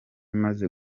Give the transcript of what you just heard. imaze